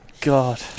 God